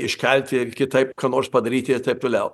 iškelti ir kitaip ką nors padaryti ir taip toliau